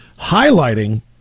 Highlighting